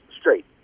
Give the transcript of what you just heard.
straight